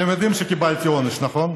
אתם יודעים שקיבלתי עונש, נכון?